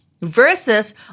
versus